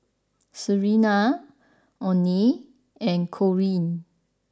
Serena Oney and Corean